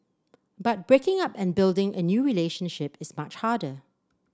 but breaking up and building a new relationship is much harder